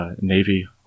Navy